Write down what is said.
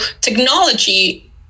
technology